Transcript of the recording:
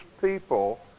people